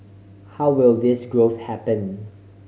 how will this growth happen